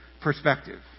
perspective